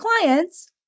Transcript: clients